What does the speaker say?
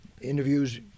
interviews